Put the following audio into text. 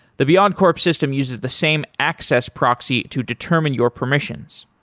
the beyondcorp system uses the same access proxy to determine your permissions.